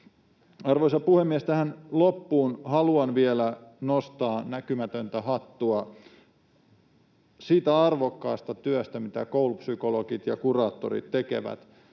Arvoisa puhemies! Tähän loppuun haluan vielä nostaa näkymätöntä hattua siitä arvokkaasta työstä, mitä koulupsykologit ja ‑kuraattorit tekevät.